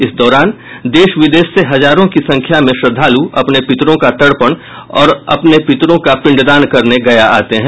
इस दौरान देश विदेश से हजारों की संख्या में श्रद्वालु अपने पितरों का तर्पण और अपने पितरों का पिंडदान करने गया आते हैं